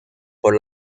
por